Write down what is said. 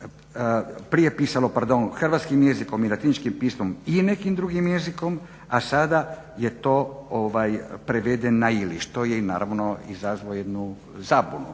je pisalo pardon hrvatskim jezikom i latiničkim pismom i nekim drugim jezikom, a sada je to prevedeno na ili. Što je i naravno izazvalo jednu zabunu.